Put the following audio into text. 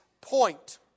point